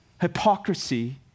hypocrisy